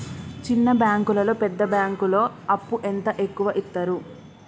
చిన్న బ్యాంకులలో పెద్ద బ్యాంకులో అప్పు ఎంత ఎక్కువ యిత్తరు?